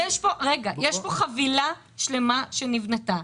יש כאן חבילה שלמה שנבנתה.